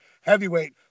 heavyweight